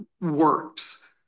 works